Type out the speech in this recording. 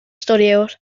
storïwr